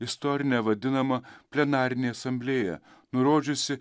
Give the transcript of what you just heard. istorine vadinama plenarinė asamblėja nurodžiusi